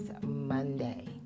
Monday